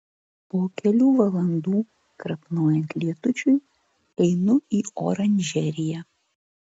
po kelių valandų krapnojant lietučiui einu į oranžeriją